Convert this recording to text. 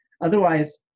Otherwise